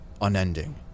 unending